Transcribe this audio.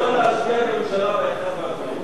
ב-1 באפריל.